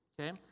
okay